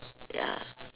ya